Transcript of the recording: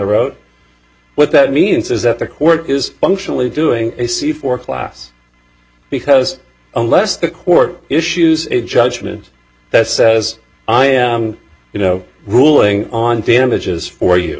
road what that means is that the court is functionally doing a c four class because unless the court issues a judgment that says i am you know ruling on damages for you